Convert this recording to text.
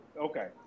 Okay